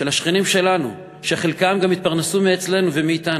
של השכנים שלנו, שחלקם גם התפרנסו מאתנו.